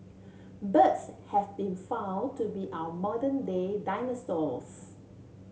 birds have been found to be our modern day dinosaurs